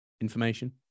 information